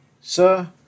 sir